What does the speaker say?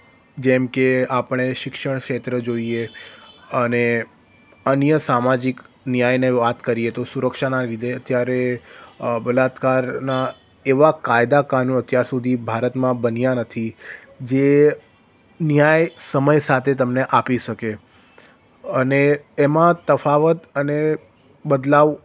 જેમકે આપણે શિક્ષણ ક્ષેત્ર જોઈએ અને અન્ય સામાજિક ન્યાયને વાત કરીએ તો સુરક્ષાના લીધે અત્યારે અ બળાત્કારના એવા કાયદા કાનૂન અત્યાર સુધી ભારતમાં બન્યા નથી જે ન્યાય સમય સાથે તમને આપી શકે અને એમાં તફાવત અને બદલાવ